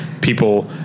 people